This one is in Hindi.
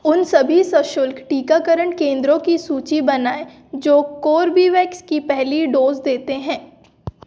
उन सभी सशुल्क टीकाकरण केंद्रों की सूचि बनाएँ जो कोर्बेवैक्स की पहली डोज़ देते हैं